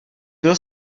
byl